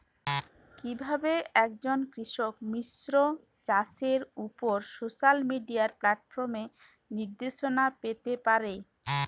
কিভাবে একজন কৃষক মিশ্র চাষের উপর সোশ্যাল মিডিয়া প্ল্যাটফর্মে নির্দেশনা পেতে পারে?